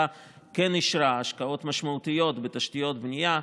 כן אישרה השקעות משמעותיות בתשתיות בנייה.